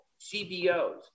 CBOs